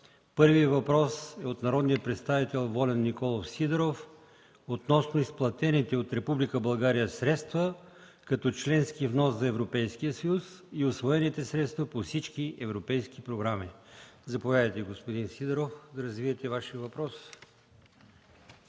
Първият въпрос е от народния представител Волен Николов Сидеров относно изплатените от Република България средства, като членски внос за Европейския съюз и усвоените средства по всички европейски програми. Заповядайте, господин Сидеров, да развиете Вашия въпрос.